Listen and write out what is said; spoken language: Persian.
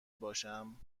باشم